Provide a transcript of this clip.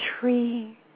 tree